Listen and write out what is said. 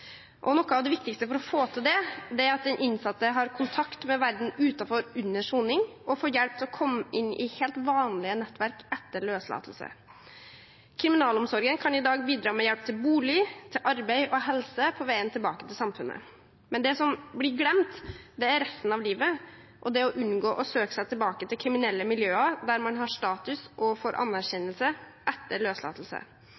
Noe av det viktigste for å få til det, er at den innsatte har kontakt med verden utenfor under soning og får hjelp til å komme inn i helt vanlige nettverk etter løslatelse. Kriminalomsorgen kan i dag bidra med hjelp til bolig, arbeid og helse på veien tilbake til samfunnet. Men det som blir glemt, er resten av livet og det å unngå å søke seg tilbake til kriminelle miljøer der man har status og får